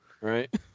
Right